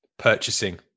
Purchasing